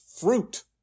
fruit